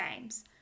Games